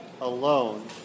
alone